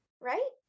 Right